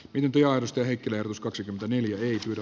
ylempiarvoista henkilöä plus kaksikymmentäneljä bryssel